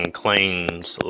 claims